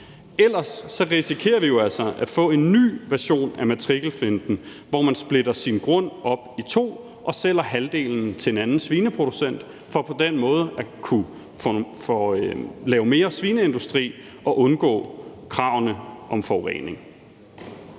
Ellers risikerer vi jo altså at få en ny version af matrikelfinten, hvor man splitter sin grund op i to og sælger halvdelen til en anden svineproducent for på den måde at kunne lave mere svineindustri og undgå kravene i forhold